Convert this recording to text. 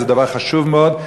וזה דבר חשוב מאוד,